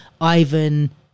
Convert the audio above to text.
Ivan